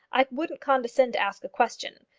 i wouldn't condescend to ask a question.